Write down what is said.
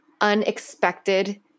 unexpected